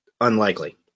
unlikely